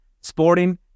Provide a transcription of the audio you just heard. Sporting